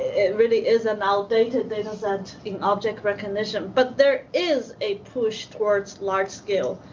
it really is a null data dataset in object recognition. but there is a push towards large scale.